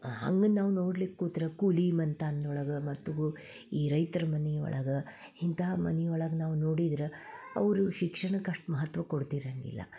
ಹಂಗೆ ನಾವು ನೋಡಲ್ಲಿಕ್ಕೆ ಕೂತ್ರ ಕೂಲಿ ಮನ್ತಾನ್ದೊಳಗ ಮತ್ತು ಈ ರೈತರ ಮನೆ ಒಳಗ ಇಂತಹ ಮನೆ ಒಳಗೆ ನಾವು ನೋಡಿದ್ರೆ ಅವರು ಶಿಕ್ಷಣಕ್ಕೆ ಅಷ್ಟು ಮಹತ್ವ ಕೊಡ್ತಿರಂಗಿಲ್ಲ